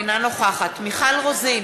אינה נוכחת מיכל רוזין,